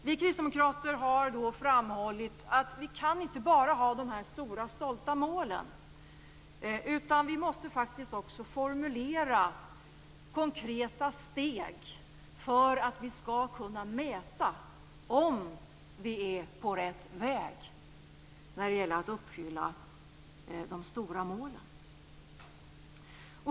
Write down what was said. Vi kristdemokrater har framhållit att vi inte bara kan ha de stora stolta målen utan vi måste faktiskt också formulera konkreta steg för att vi skall kunna mäta om vi är på rätt väg när vi skall uppfylla de stora målen.